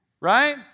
right